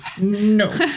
No